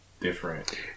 different